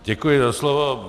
Děkuji za slovo.